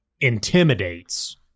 intimidates